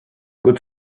good